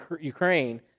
Ukraine